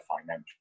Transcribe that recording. financial